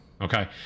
Okay